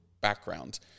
background